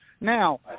Now